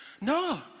No